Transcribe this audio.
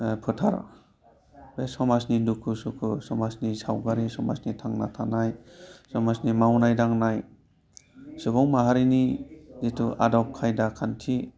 फोथार बे समाजनि दुखु सुखु समाजनि सावगारि समाजनि थांना थानाय समाजनि मावनाय दांनाय सुबुं माहारिनि जिथु आदब खायदा खान्थि